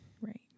Right